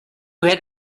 had